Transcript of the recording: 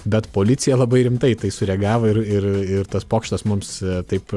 bet policija labai rimtai į tai sureagavo ir ir ir tas pokštas mums taip